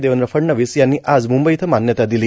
देवेंद्र फडणवीस यांनी आज मुंबई इथं मान्यता दिली